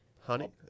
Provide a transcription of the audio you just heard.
Honey